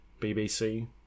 BBC